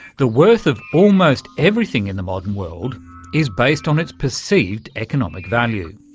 the worth of almost everything in the modern world is based on its perceived economic value.